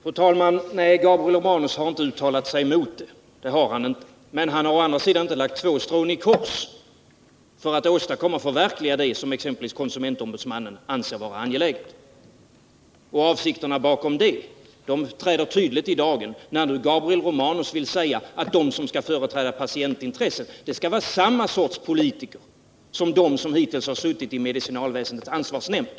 Fru talman! Nej, Gabriel Romanus har inte uttalat sig mot det, men han har å andra sidan inte heller lagt två strån i kors för att försöka förverkliga det som exempelvis konsumentombudsmannen anser vara angeläget. Avsikterna bakom det förhållandet träder tydligt i dagen när Gabriel Romanus nu försöker säga att de som skall företräda patientintresset skall vara samma sorts politiker som de som hittills suttit i medicinalväsendets ansvarsnämnd.